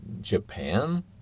Japan